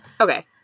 Okay